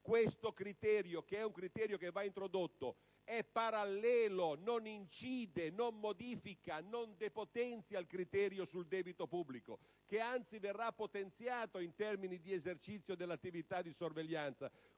Questo criterio - che va introdotto - è parallelo, non incide, non modifica e non depotenzia il criterio sul debito pubblico che, anzi, verrà potenziato in termini di esercizio dell'attività di sorveglianza.